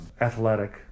athletic